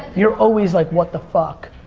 you're always like what the fuck.